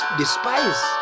despise